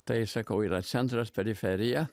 tai sakau yra centras periferija